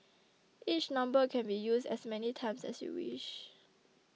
each number can be used as many times as you wish